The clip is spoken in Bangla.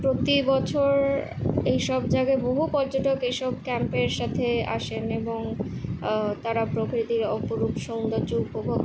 প্রতি বছর এই সব জায়গায় বহু পর্যটক এসব ক্যাম্পের সাথে আসেন এবং তারা প্রকৃতির অপরূপ সৌন্দর্য উপভোগ